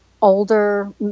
older